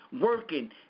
working